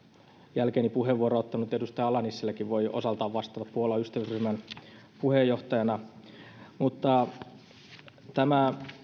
jälkeeni puheenvuoron ottanut edustaja ala nissiläkin voi osaltaan vastata puolan ystävyysryhmän puheenjohtajana että tämä